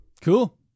Cool